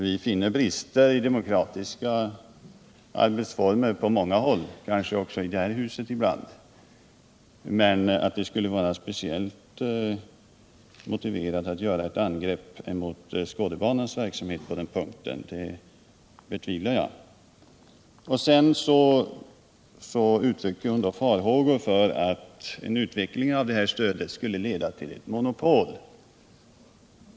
Vi finner brister i de demokratiska arbetsformerna på många håll, kanske ibland också i det här huset. Men jag betvivlar att det skulle vara speciellt motiverat att angripa Skådebanans verksamhet. Vidare uttryckte fru Diesen farhågor för att en utveckling av det här stödet skulle leda till ett monopol.